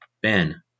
ben